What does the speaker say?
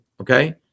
okay